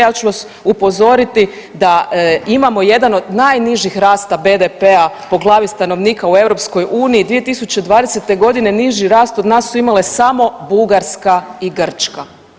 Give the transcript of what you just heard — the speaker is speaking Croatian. Ja ću vas upozoriti da imamo jedan od najnižih rasta BDP-a po glavi stanovnika u EU 2020.g. niži rast od nas su imale samo Bugarska i Grčka.